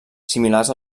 similars